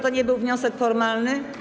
To nie był wniosek formalny.